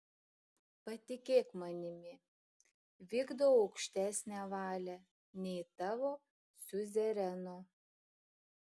patikėk manimi vykdau aukštesnę valią nei tavo siuzereno